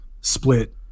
split